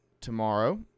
tomorrow